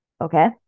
Okay